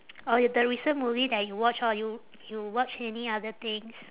or the recent movie that you watch orh you you watch any other things